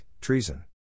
Treason